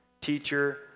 teacher